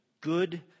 good